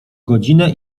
godzinę